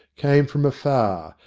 came from afar,